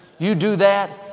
you do that,